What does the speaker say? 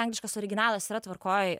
angliškas originalas yra tvarkoj